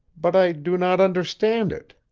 but i do not understand it.